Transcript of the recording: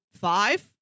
five